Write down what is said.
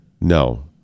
No